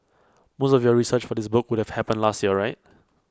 most of your research for this book would have happened last year right